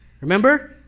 Remember